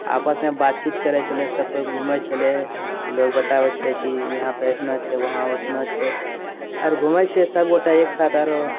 आपसमे बातचीत करै छलै सबकोइ घुमै छलै लोग बताबै छलै की यहाँ पर ऐसन छै वहाँ वैसन छै आर घुमै छलिया सबगोटा एकसाथ आरो